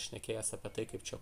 šnekėjęs apie tai kaip čia